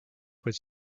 was